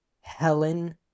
Helen